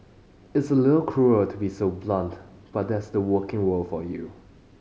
it's a little cruel to be so blunt but that's the working world for you